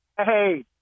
Hey